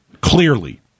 clearly